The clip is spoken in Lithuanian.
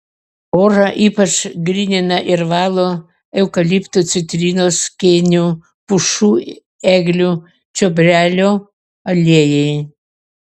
orą ypač grynina ir valo eukaliptų citrinos kėnių pušų eglių čiobrelio aliejai